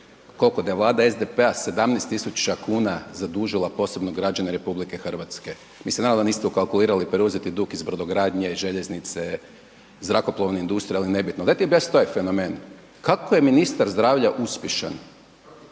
koliko da je vlada SDP-a 17 tisuća kuna zadužila posebno građane RH. Mi se nadamo da niste ukalkulirali preuzeti dug iz brodogradnje, željeznice, zrakoplovne industrije ali nebitno. Dajte objasnite ovaj fenomen, kako je ministar zdravlja uspješan